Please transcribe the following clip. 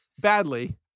badly